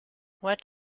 what